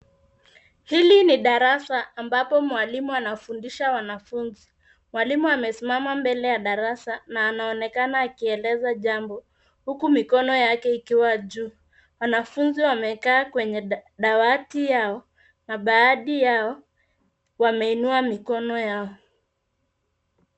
Hili ni darasa ambapo mwalimu anafundisha wanafunzi. Mwalimu amesimama mbele ya darasa na anaonekana akieleza jambo huku mikono yake ikiwa juu. Wanafunzi wamekaa kwenye dawati yao na baadhi yao wameinua mikono yao.